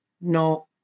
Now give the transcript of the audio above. no